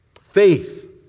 Faith